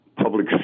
public